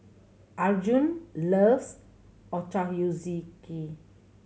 Arjun loves Ochazuke